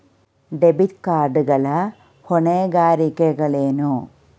Debit card ಗಳ ಹೊಣೆಗಾರಿಕೆಗಳೇನು?